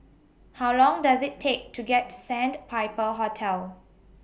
How Long Does IT Take to get to Sandpiper Hotel